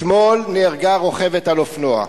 אתמול נהרגה רוכבת על אופנוע,